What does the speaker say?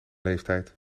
leeftijd